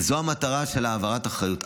וזאת המטרה של העברת האחריות.